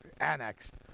annexed